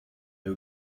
you